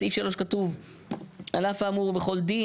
בסעיף (3) כתוב " על אף האמור בכל דין,